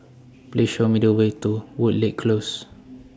Please Show Me The Way to Woodleigh Close